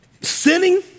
sinning